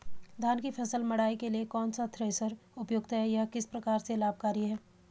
धान की फसल मड़ाई के लिए कौन सा थ्रेशर उपयुक्त है यह किस प्रकार से लाभकारी है?